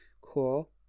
cool